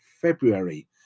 February